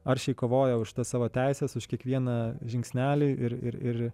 aršiai kovoja už tas savo teises už kiekvieną žingsnelį ir ir ir